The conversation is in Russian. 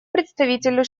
представителю